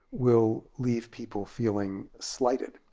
will leave people feeling slighted.